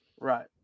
Right